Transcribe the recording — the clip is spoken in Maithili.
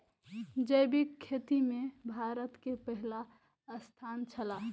जैविक खेती में भारत के पहिल स्थान छला